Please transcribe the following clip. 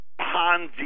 Ponzi